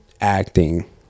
acting